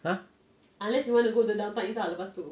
!huh!